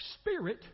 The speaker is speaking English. spirit